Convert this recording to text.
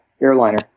airliner